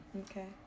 okay